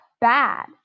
bad